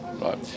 right